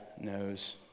knows